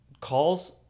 calls